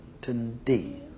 today